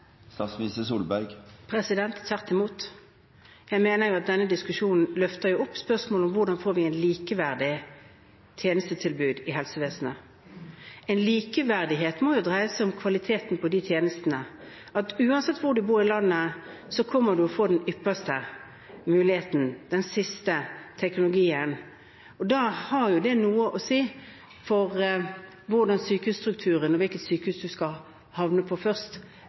Tvert imot – jeg mener at denne diskusjonen løfter spørsmålet om hvordan vi får et likeverdig tjenestetilbud i helsevesenet. Likeverdighet må jo dreie seg om kvaliteten på de tjenestene, at uansett hvor man bor i landet, kommer man til å få den ypperste muligheten, den siste teknologien. Da har det jo noe å si hvordan sykehusstrukturen er, og hvilket sykehus du skal havne på først.